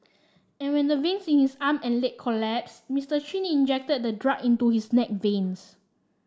and when the veins in his arm and leg collapsed Mister Chin injected the drug into his neck veins